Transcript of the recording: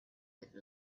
with